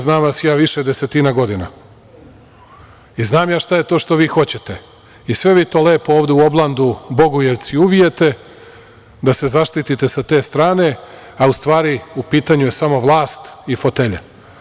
Znam ja vas više desetina godina i znam ja šta je to što vi hoćete i sve vi to lepo ovde u oblandu Bogujevci uvijete, da se zaštitite sa te strane, a u stvari u pitanju je samo vlast i fotelja.